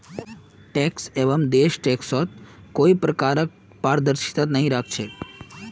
tax haven देश टैक्सत कोई प्रकारक पारदर्शिता नइ राख छेक